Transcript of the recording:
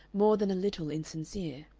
more than a little insincere.